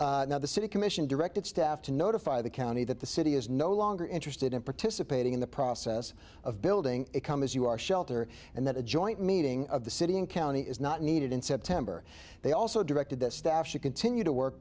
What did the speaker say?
now the city commission directed staff to notify the county that the city is no longer interested in participating in the process of building a come as you are shelter and that a joint meeting of the city and county is not needed in september they also directed